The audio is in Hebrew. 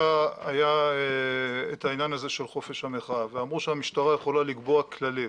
היה את העניין הזה של חופש המחאה ואמרו שהמשטרה יכולה לקבוע כללים.